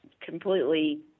completely